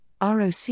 ROC